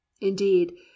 Indeed